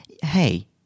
Hey